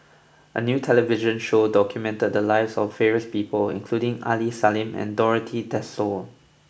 a new television show documented the lives of various people including Aini Salim and Dorothy Tessensohn